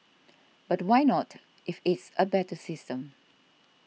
but why not if it's a better system